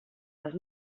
les